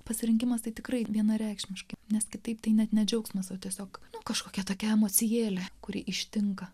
pasirinkimas tai tikrai vienareikšmiškai nes kitaip tai net ne džiaugsmas o tiesiog kažkokia tokia emocijėlė kuri ištinka